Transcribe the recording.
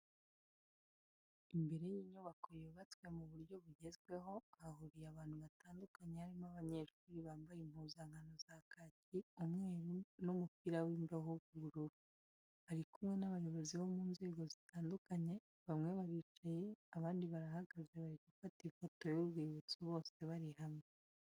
Imbere y'inyubako yubatswe mu buryo bugezweho, hahuriye abantu batandukanye barimo abanyeshuri bambaye impuzankano za kaki, umweru n'umupira w'imbeho w'ubururu, bari kumwe n'abayobozi bo mu nzego zitandukanye, bamwe baricaye abandi barahagaze bari gufata ifoto y'urwibutso, bose bari hamwe.